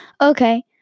Okay